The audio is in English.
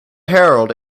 herald